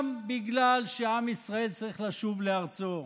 גם בגלל שעם ישראל צריך לשוב לארצו,